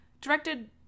directed